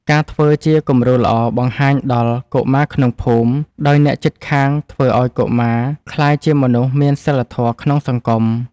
ការធ្វើជាគំរូល្អបង្ហាញដល់កុមារក្នុងភូមិ ដោយអ្នកជិតខាងធ្វើឱ្យកុមារក្លាយជាមនុស្សមានសីលធម៌ក្នុងសង្គម។